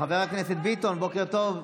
חבר הכנסת ביטון, בוקר טוב.